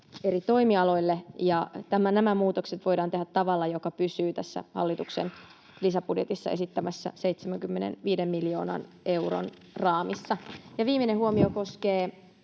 eri toimialoille. Nämä muutokset voidaan tehdä tavalla, joka pysyy tässä hallituksen lisäbudjetissa esittämässä 75 miljoonan euron raamissa. Viimeinen huomio koskee